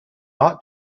ought